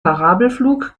parabelflug